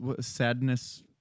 Sadness